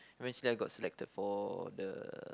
eventually I got selected for the